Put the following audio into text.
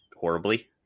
horribly